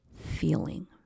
feeling